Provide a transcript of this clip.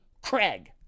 Craig